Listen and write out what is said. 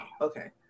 Okay